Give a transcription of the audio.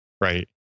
right